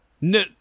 no